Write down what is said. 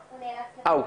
שלום,